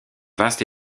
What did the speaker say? vaste